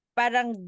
parang